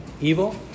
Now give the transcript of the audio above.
evil